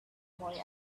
boy